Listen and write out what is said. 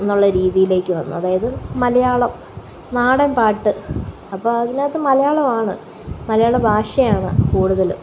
എന്നുള്ള രീതിയിലേക്ക് വന്നു അതായത് മലയാളം നാടന് പാട്ട് അപ്പോള് അതിനകത്ത് മലയാളമാണ് മലയാള ഭാഷയാണ് കൂടുതല്